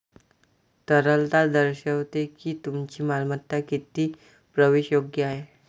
तरलता दर्शवते की तुमची मालमत्ता किती प्रवेशयोग्य आहे